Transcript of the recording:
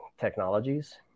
technologies